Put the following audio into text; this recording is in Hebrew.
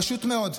פשוט מאוד.